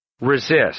resist